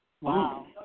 Wow